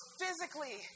physically